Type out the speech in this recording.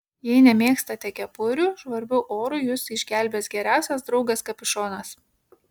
jei nemėgstate kepurių žvarbiu oru jus išgelbės geriausias draugas kapišonas